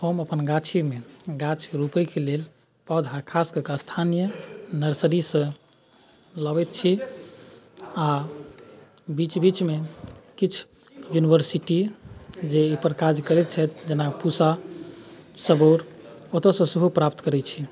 हम अपन गाछीमे गाछके रोपैके लेल पौधा खासकऽ कऽ स्थानीय नर्सरीसँ लबैत छी आओर बीच बीचमे किछु यूनिवर्सिटी जे ओहिपर काज करैत छथि जेना पूसा सबौर ओतहुसँ सेहो प्राप्त करै छी